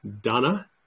Donna